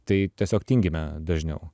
tai tiesiog tingime dažniau